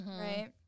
right